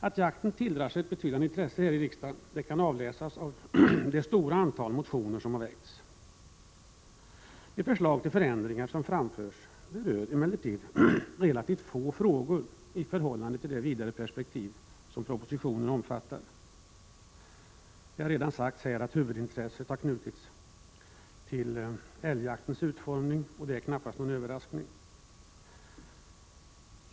Att jakten tilldrar sig ett betydande intresse här i riksdagen kan bl.a. avläsas av det stora antal motioner som har väckts. De förslag till förändringar som framförts berör emellertid relativt få frågor i förhållande till de vidare perspektiv som propositionen omfattar. Det har redan sagts här att huvudintresset har knutits till älgjaktens utformning, och det är knappast någon överraskning.